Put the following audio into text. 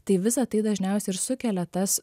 tai visa tai dažniausiai ir sukelia tas